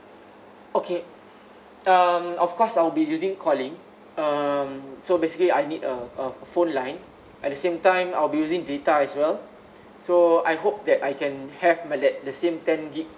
okay um of course I'll be using calling um so basically I need uh a phone line at the same time I'll be using data as well so I hope that I can have my the same ten gigabyte